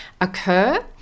occur